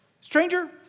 Stranger